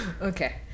okay